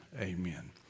Amen